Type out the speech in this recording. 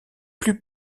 plus